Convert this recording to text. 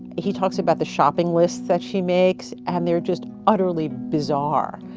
he talks about the shopping list that she makes and they're just utterly bizarre.